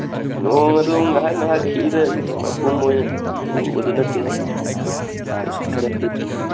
ꯅꯣꯡ ꯑꯗꯨꯝ ꯉꯥꯏꯍꯥꯛ ꯉꯥꯏꯍꯥꯛ ꯈꯤꯛꯏꯗ ꯃꯄꯨꯝ ꯑꯣꯏꯅ ꯆꯨꯕꯗꯨ ꯅꯠꯇꯦ ꯅꯨꯡꯁꯤꯠ ꯈꯔ